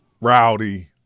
rowdy